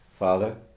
Father